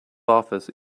office